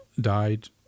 Died